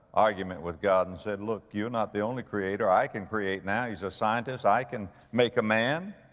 argument with god and said, look, you're not the only creator. i can create now. he's a scientist. i can make a man.